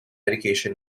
education